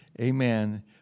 Amen